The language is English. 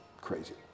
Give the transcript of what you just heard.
crazy